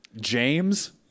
James